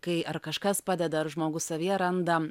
kai ar kažkas padeda ar žmogus savyje randa